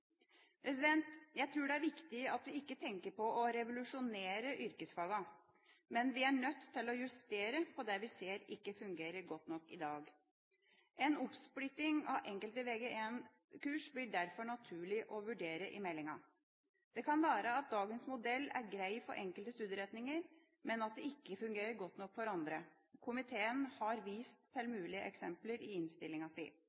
Jeg tror det er viktig at vi ikke tenker på å revolusjonere yrkesfagene, men vi er nødt til å justere på det vi ser ikke fungerer godt nok i dag. En oppsplitting av enkelte Vg1-kurs blir derfor naturlig å vurdere i meldinga. Det kan være at dagens modell er grei for enkelte studieretninger, men at den ikke fungerer godt nok for andre. Komiteen har vist til